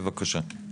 אליעזר, בבקשה.